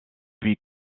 puis